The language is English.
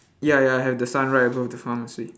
ya ya have the sun right above the pharmacy